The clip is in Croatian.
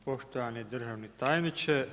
Poštovani državni tajniče.